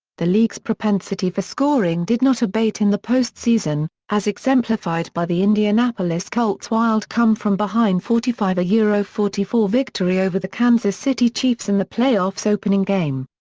the league's propensity for scoring did not abate in the post-season, as exemplified by the indianapolis colts' wild come-from-behind forty five yeah forty four victory over the kansas city chiefs in the playoffs' opening game.